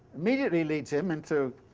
immediately leads him into,